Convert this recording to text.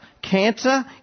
cancer